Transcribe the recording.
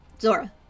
Zora